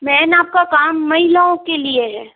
main आपका काम महिलाओं के लिये है